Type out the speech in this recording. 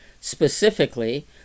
Specifically